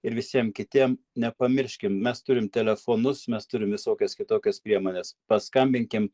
ir visiem kitiem nepamirškim mes turim telefonus mes turim visokias kitokias priemones paskambinkim